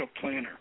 planner